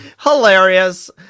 hilarious